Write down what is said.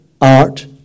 art